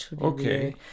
Okay